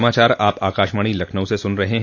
यह समाचार आप आकाशवाणी लखनऊ से सुन रहे हैं